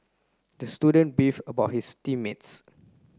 the student beefed about his team mates